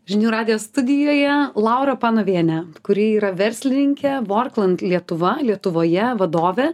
žinių radijo studijoje laura panovienė kuri yra verslininkė vorkland lietuva lietuvoje vadovė